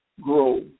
grow